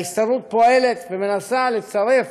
ההסתדרות פועלת ומנסה לצרף